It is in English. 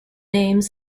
names